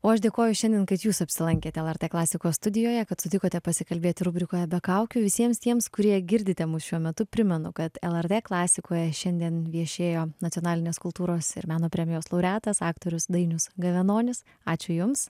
o aš dėkoju šiandien kad jūs apsilankėt lrt klasikos studijoje kad sutikote pasikalbėti rubrikoje be kaukių visiems tiems kurie girdite mus šiuo metu primenu kad lrt klasikoje šiandien viešėjo nacionalinės kultūros ir meno premijos laureatas aktorius dainius gavenonis ačiū jums